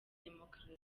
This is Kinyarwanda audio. demokarasi